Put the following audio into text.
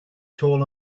told